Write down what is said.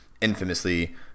infamously